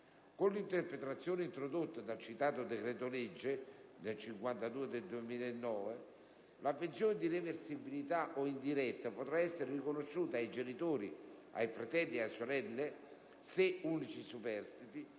Con l'interpretazione introdotta dal decreto-legge n. 152 del 2009, la pensione di reversibilità o indiretta potrà essere riconosciuta ai genitori, ai fratelli e alle sorelle, se unici superstiti,